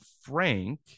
Frank